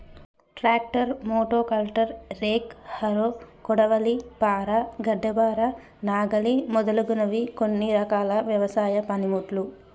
tractor, మోటో కల్టర్, rake, harrow, కొడవలి, పార, గడ్డపార, నాగలి మొదలగునవి కొన్ని రకాల వ్యవసాయ పనిముట్లు